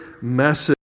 message